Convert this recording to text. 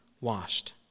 washed